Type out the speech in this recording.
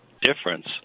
difference